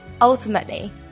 Ultimately